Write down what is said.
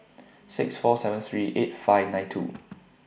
six four seven three eight five nine two